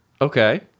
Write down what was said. okay